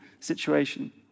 situation